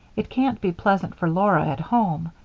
it can't be pleasant for laura at home,